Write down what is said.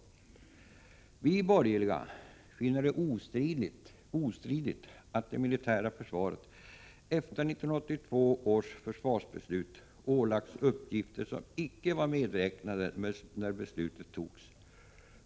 Vi borgerliga finner det ostridigt att det militära försvaret efter 1982 års försvarsbeslut ålagts uppgifter som inte var medräknade när beslutet togs.